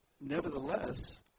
nevertheless